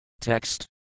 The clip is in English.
Text